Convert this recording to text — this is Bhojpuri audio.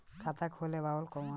खाता खोलेला कवन कवन कागज चाहीं?